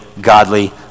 godly